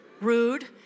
Rude